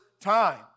time